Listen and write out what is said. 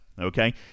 okay